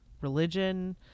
religion